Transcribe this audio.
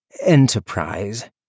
Enterprise